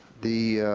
the,